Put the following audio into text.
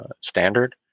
standard